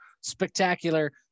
spectacular